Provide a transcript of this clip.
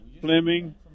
Fleming